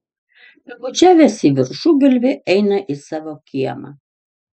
pabučiavęs į viršugalvį eina į savo kiemą